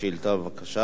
בבקשה, אדוני.